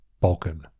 Balkan